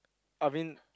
I mean